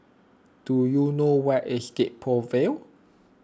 do you know where is Gek Poh Ville